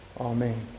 Amen